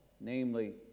namely